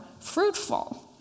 fruitful